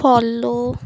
follow